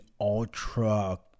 ultra